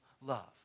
love